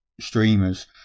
streamers